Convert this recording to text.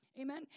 Amen